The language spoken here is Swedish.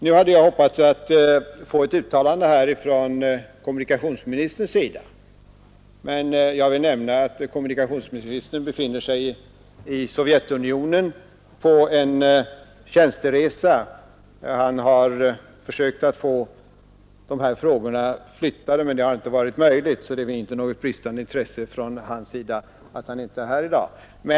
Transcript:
Jag hade hoppats att här få ett uttalande från kommunikationsministerns sida, men han befinner sig på tjänsteresa i Sovjetunionen. Han har försökt att få behandlingen av detta ärende flyttad till annan dag, men det har inte varit möjligt. Det beror alltså inte på något bristande intresse att kommunikationsministern inte är här i dag. Jag hoppas ändå här från talarstolen kunna framföra vad jag vet är hela trafikutskottets uppfattning, nämligen att Kungl. Maj:t vid prövningen av luftfartsverkets hemställan gör detta i en positiv anda och allvarligt undersöker möjligheterna att uppnå det syfte som riksdagen var enig om förra året.